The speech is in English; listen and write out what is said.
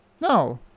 No